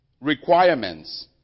Requirements